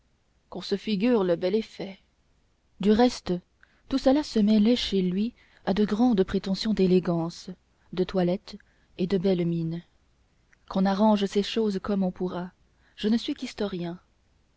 qu'on se figure le bel effet du reste tout cela se mêlait chez lui à de grandes prétentions d'élégance de toilette et de belle mine qu'on arrange ces choses comme on pourra je ne suis qu'historien